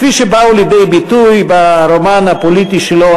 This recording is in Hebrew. כפי שבאו לידי ביטוי ברומן הפוליטי שלו